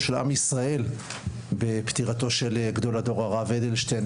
של עם ישראל בפטירתו של גדול הדור הרב אדלשטיין,